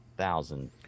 Thousand